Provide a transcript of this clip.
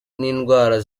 n’indwara